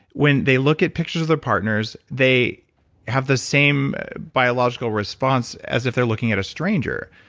when they look at pictures of their partners, they have the same biological response as if they're looking at a stranger.